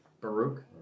Baruch